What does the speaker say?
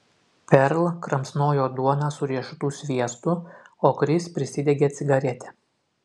perl kramsnojo duoną su riešutų sviestu o kris prisidegė cigaretę